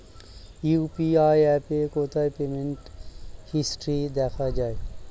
UPI অ্যাপে কোথায় payment history দেখা যায়?